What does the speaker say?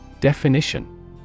Definition